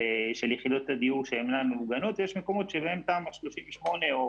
יחידות הדיור שהן לא ממוגנות ויש מקומות שבהם תמ"א 38 או